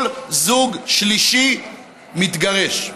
כל זוג שלישי מתגרש.